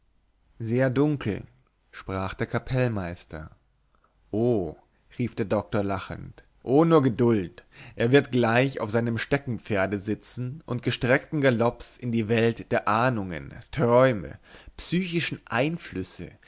sehr dunkel sprach der kapellmeister oh rief der doktor lachend o nur geduld er wird gleich auf seinem steckenpferde sitzen und gestreckten galopps in die welt der ahnungen träume psychischen einflüsse